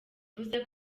mvuze